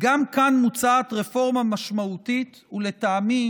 גם כן מוצעת רפורמה משמעותית, ולטעמי